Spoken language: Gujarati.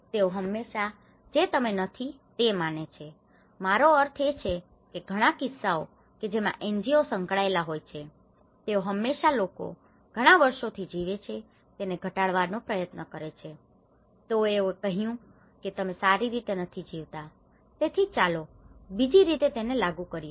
તેઓ હંમેશા જે તમે નથી તે માને છે મારો અર્થ એ છે કે ઘણા કિસ્સાઓ કે જેમાં એનજીઓ સંકળાયેલા હોય છે તેઓ હંમેશા લોકો ઘણા વર્ષોથી જીવે છે તેને ઘટાડવાનો પ્રયત્ન કરે છે તેઓએ કહ્યું હતું કે તમે સારી રીતે નથી જીવતા તેથી ચાલો બીજી રીતે તેને લાગુ કરીએ